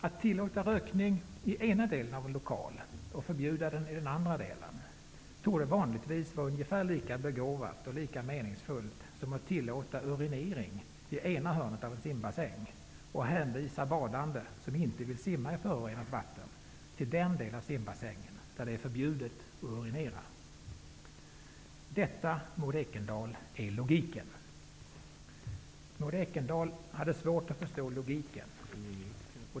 Att tillåta rökning i den ena delen av en lokal och förbjuda den i den andra delen torde vanligtvis vara ungefär lika begåvat och lika meningsfullt som att tillåta urinering i ett hörn av en simbassäng och att hänvisa badande som inte vill simma i förorenat vatten till den del av simbassängen där det är förbjudet att urinera. Detta, Maud Ekendahl, är logiken! Maud Ekendahl hade ju svårt att förstå logiken.